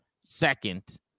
second